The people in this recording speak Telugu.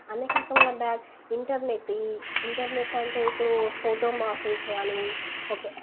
అనేకకైన బ్యాడ్ ఇంటర్నెట్ ఇంటర్నెట్ అంటే ఇప్పుడు ఫోటో మార్ఫింగ్స్ గాని ఒక